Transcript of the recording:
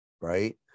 Right